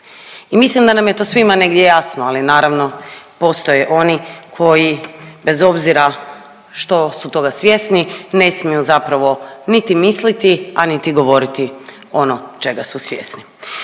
I mislim da nam je to svima negdje jasno, ali naravno postoje oni koji bez obzira što su toga svjesni ne smiju zapravo niti misliti, a niti govoriti ono čega su svjesni.